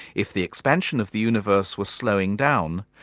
if the expansion of the universe were slowing down,